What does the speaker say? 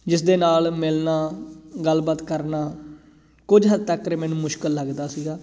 ਜਿਸਦੇ ਨਾਲ ਮਿਲਣਾ ਗੱਲਬਾਤ ਕਰਨਾ ਕੁਝ ਹੱਦ ਤੱਕ ਮੈਨੂੰ ਮੁਸ਼ਕਲ ਲੱਗਦਾ ਸੀਗਾ